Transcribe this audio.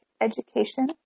education